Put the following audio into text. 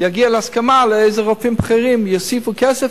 יגיע להסכמה לאיזה רופאים בכירים יוסיפו כסף,